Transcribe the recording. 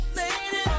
lady